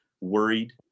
worried